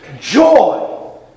joy